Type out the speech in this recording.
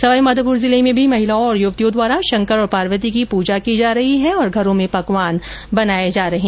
सवाई माधोपुर जिले में भी महिलाओं और युवतियों द्वारा शंकर और पार्वती की पूजा की जा रही है तथा घरों में पकवान बनाए जा रहे हैं